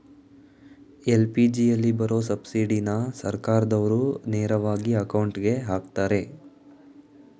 ಎಲ್.ಪಿ.ಜಿಯಲ್ಲಿ ಬರೋ ಸಬ್ಸಿಡಿನ ಸರ್ಕಾರ್ದಾವ್ರು ನೇರವಾಗಿ ಅಕೌಂಟ್ಗೆ ಅಕ್ತರೆ